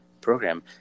program